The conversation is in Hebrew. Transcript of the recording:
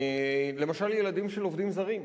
למשל ילדים של עובדים זרים.